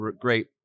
great